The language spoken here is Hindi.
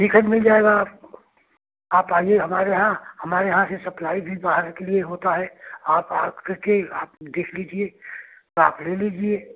ठीक है तो मिल जाएगा आपको आप आईए हमारे यहाँ हमारे यहाँ की सप्लाई भी बाहर के लिए होता है आप आकर के आप देख लीजिए तो आप ले लीजिए